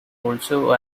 also